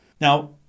Now